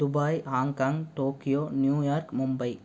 Dubai Hong Kong Tokyo New York Mumbai